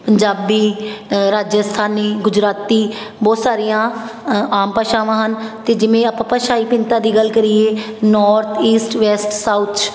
ਪੰਜਾਬੀ ਰਾਜਸਥਾਨੀ ਗੁਜਰਾਤੀ ਬਹੁਤ ਸਾਰੀਆਂ ਆਮ ਭਾਸ਼ਾਵਾਂ ਹਨ ਅਤੇ ਜਿਵੇਂ ਆਪਾਂ ਭਾਸ਼ਾਈ ਭਿੰਨਤਾ ਦੀ ਗੱਲ ਕਰੀਏ ਨੌਰਥ ਈਸਟ ਵੈਸਟ ਸਾਊਥ 'ਚ